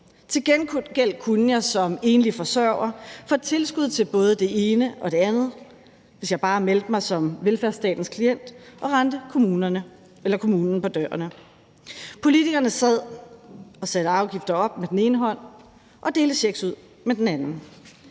Til gengæld kunne jeg som enlig forsørger få tilskud til både det ene og det andet, hvis jeg bare meldte mig som velfærdsstatens klient og rendte kommunen på dørene. Politikerne sad og satte afgifter op med den ene hånd og delte checks ud med den anden.